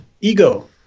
ego